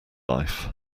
life